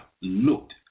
looked